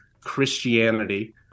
Christianity